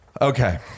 Okay